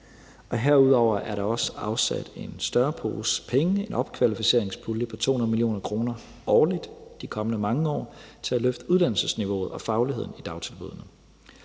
Herudover er der også afsat en større pose penge, en opkvalificeringspulje, på 200 mio. kr. årligt de kommende mange år til at løfte uddannelsesniveauet og fagligheden i dagtilbuddene.